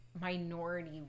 minority